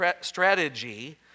strategy